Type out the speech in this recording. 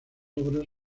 obras